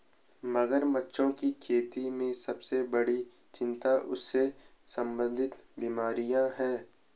मगरमच्छों की खेती में सबसे बड़ी चिंता उनसे संबंधित बीमारियां हैं?